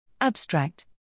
Abstract